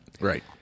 Right